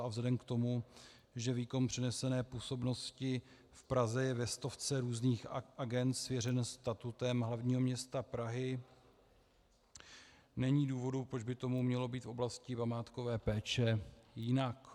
A vzhledem k tomu, že výkon přenesené působnosti v Praze je ve stovce různých agend svěřen statutem hlavního města Prahy, není důvodu, proč by tomu mělo být v oblasti památkové péče jinak.